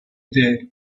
day